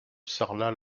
sarlat